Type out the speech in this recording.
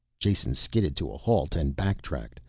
jason skidded to a halt and back-tracked,